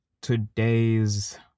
Today's